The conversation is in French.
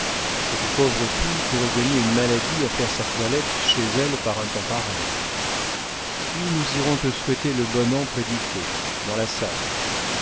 cette pauvre fille pourrait gagner une maladie à faire sa toilette chez elle par un temps pareil puis nous irons te souhaiter le bon an près du feu dans la salle